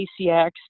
ACX